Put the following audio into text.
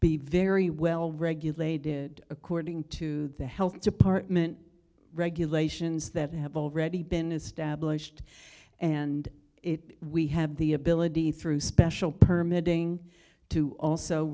be very well regulated according to the health department regulations that have already been established and it we have the ability through special permit ing to also